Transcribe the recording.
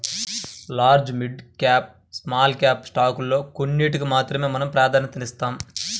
large, mid cap, small cap స్టాకుల్లో కొన్నిటికి మాత్రమే మనం ప్రాధన్యతనిస్తాం